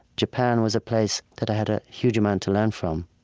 japan was a place that i had a huge amount to learn from,